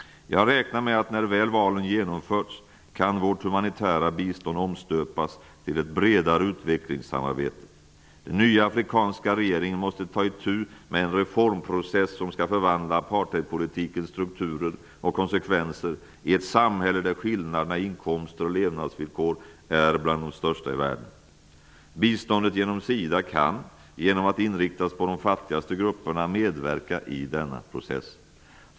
Jag räknar med att när valen genomförts kan vårt humanitära bistånd omstöpas till ett bredare utvecklingssamarbete. Den nya afrikanska regeringen måste ta itu med en reformprocess som skall förvandla apartheidpolitikens strukturer och konsekvenser i ett samhälle där skillnaderna i inkomster och levnadsvillkor är bland de största i världen. Biståndet genom SIDA kan, genom att inriktas på de fattigaste grupperna, medverka i denna process.